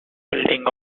building